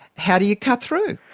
how do you cut through?